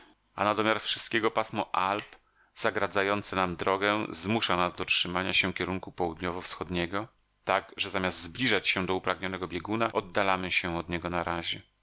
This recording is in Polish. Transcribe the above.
a na domiar wszystkiego pasmo alp zagradzające nam drogę zmusza nas do trzymania się kierunku południowo-wschodniego tak że zamiast zbliżać się do upragnionego bieguna oddalamy się od niego na razie